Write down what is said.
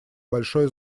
большое